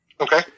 okay